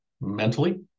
mentally